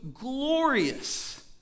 glorious